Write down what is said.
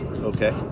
Okay